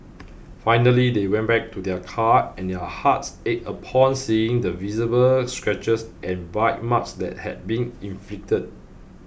finally they went back to their car and their hearts ached upon seeing the visible scratches and bite marks that had been inflicted